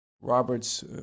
Robert's